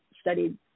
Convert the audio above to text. studied